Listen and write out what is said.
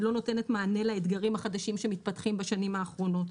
לא נותנת מענה לאתגרים החדשים שמתפתחים בשנים האחרונות,